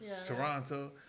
Toronto